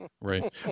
Right